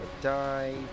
die